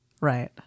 right